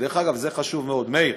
דרך אגב, זה חשוב מאוד, מאיר.